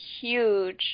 huge